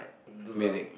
drum